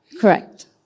Correct